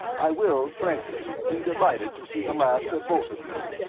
i will, frankly, be delighted to see the last of both of you.